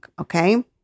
okay